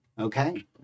Okay